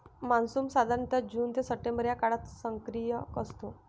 monsoon साधारणतः June ते September या काळात सक्रिय असतो